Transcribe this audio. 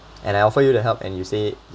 and I offer you the help and you say